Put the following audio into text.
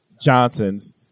Johnson's